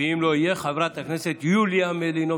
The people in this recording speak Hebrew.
אם לא יהיה, חברת הכנסת יוליה מלינובסקי.